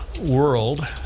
world